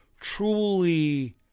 truly